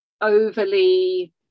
overly